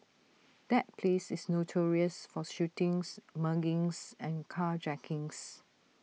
that place is notorious for shootings muggings and carjackings